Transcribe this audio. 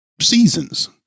seasons